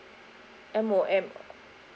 M_O_M